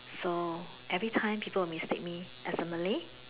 so everytime people will mistake me as a Malay